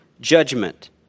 judgment